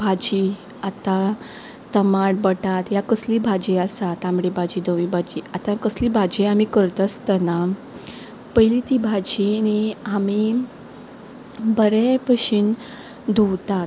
भाजी आतां टमाट बटाट वा कसली भाजी आसा तांबडी भाजी धवी भाजी आतां कसली भाजी आमी करता आसतना पयलीं ती भाजी न्ही आमी बरे भशेन धुवतात